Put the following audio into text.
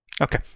Okay